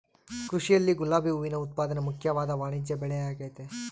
ಕೃಷಿಯಲ್ಲಿ ಗುಲಾಬಿ ಹೂವಿನ ಉತ್ಪಾದನೆ ಮುಖ್ಯವಾದ ವಾಣಿಜ್ಯಬೆಳೆಆಗೆತೆ